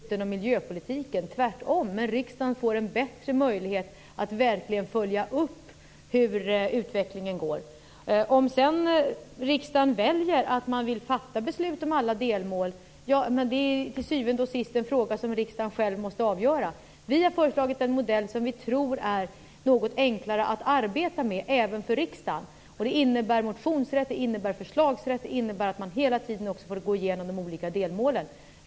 Herr talman! Det här innehåller alltså årliga redovisningar. Riksdagen skall också vara med både i utvärderingen och i den parlamentariska beredningen. Vart fjärde år lägger man fram en samlad redogörelse för miljöpolitiken, vilket ju också ger riksdagen och riksdagsledamöterna motionsrätt. Jag har alltså inte sett det som att vi håller riksdagen utanför besluten om miljöpolitiken, tvärtom. Riksdagen får en bättre möjlighet att verkligen följa upp hur utvecklingen går. Om riksdagen sedan väljer att man vill fatta beslut om alla delmål är det till syvende och sist en fråga som riksdagen själv måste avgöra. Vi har föreslagit en modell som vi tror är något enklare att arbeta med, även för riksdagen. Det innebär motionsrätt, förslagsrätt och att man hela tiden också får gå igenom de olika delmålen.